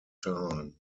time